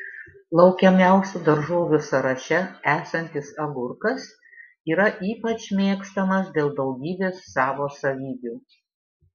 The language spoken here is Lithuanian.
laukiamiausių daržovių sąraše esantis agurkas yra ypač mėgstamas dėl daugybės savo savybių